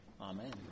Amen